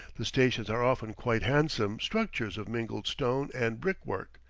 the stations are often quite handsome structures of mingled stone and brickwork.